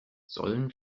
sollen